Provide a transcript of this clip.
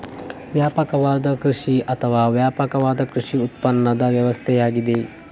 ವ್ಯಾಪಕವಾದ ಕೃಷಿ ಅಥವಾ ವ್ಯಾಪಕವಾದ ಕೃಷಿ ಉತ್ಪಾದನಾ ವ್ಯವಸ್ಥೆಯಾಗಿದೆ